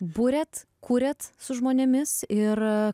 buriat kuriat su žmonėmis ir